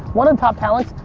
one of the top talents,